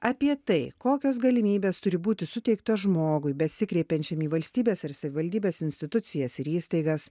apie tai kokios galimybės turi būti suteiktos žmogui besikreipiančiam į valstybės ar savivaldybės institucijas ir įstaigas